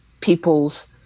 people's